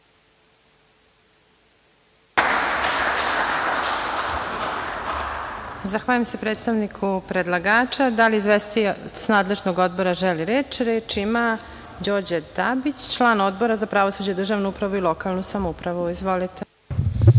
Zahvaljujem se, predstavniku predlagača. Da li izvestilac nadležnog Odbora želi reč? Reč ima Đorđe Dabić, član Odbora za pravosuđe, državnu upravu i lokalnu samoupravu. Izvolite.